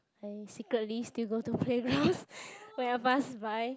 I secretly still go to playgrounds when I pass by